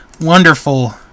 wonderful